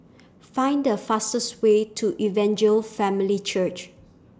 Find The fastest Way to Evangel Family Church